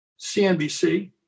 CNBC